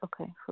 Okay